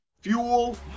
fuel